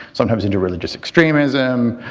sometimes into religious extremism,